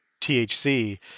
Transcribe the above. THC